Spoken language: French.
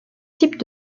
types